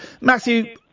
Matthew